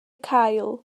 cael